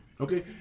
Okay